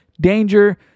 danger